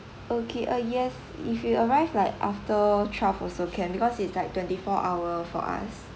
okay uh yes if you arrive like after twelve also can because it's like twenty four hour for us